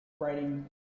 writing